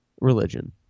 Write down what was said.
religion